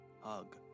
hug